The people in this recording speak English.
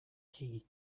key